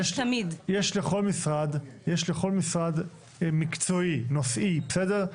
יש לכל משרד מקצועי, נושאי, בסדר?